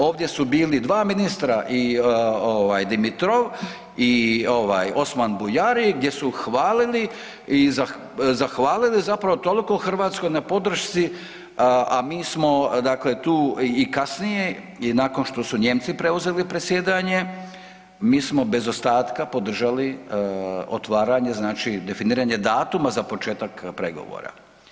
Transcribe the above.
Ovdje su bili dva ministra i ovaj Dimitrov i ovaj Osman Bujari gdje su hvalili i zahvaliti toliko Hrvatskoj na podršci, a mi smo dakle tu i kasnije i nakon što su Nijemci preuzeli predsjedanje mi smo bez ostatka podržali otvaranje znači definiranje datuma za početak pregovora.